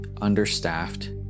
understaffed